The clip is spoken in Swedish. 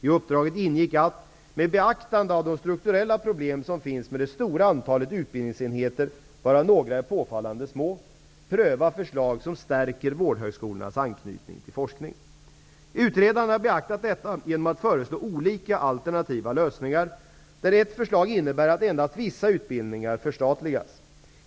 I uppdraget ingick att -- med beaktande av de strukturella problem som finns med det stora antalet utbildningsenheter, varav några är påfallande små -- pröva förslag som stärker vårdhögskolornas anknytning till forskningen. Utredaren har beaktat detta genom att föreslå olika alternativa lösningar, där ett förslag innebär att endast vissa utbildningar förstatligas.